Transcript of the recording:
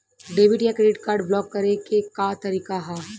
Debit या credit card block करे के का तरीका ह?